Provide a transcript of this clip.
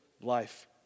life